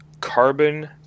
Carbon